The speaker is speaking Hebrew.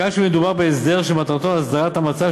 מכאן שמדובר בהסדר שמטרתו הסדרת המצב